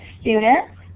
students